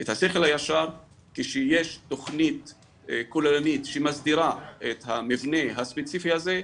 כי כשיש תכנית כוללנית שמסדירה את המבנה הספציפי הזה,